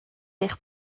eich